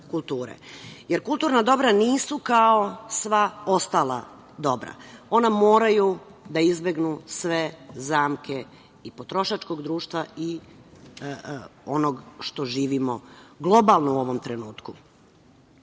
kulture. Kulturna dobra nisu kao sva ostala dobra, ona moraju da izbegnu sve zamke i potrošačkog društva i onog što živimo globalno u ovom trenutku.